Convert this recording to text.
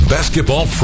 Basketball